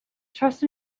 trust